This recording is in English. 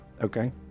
Okay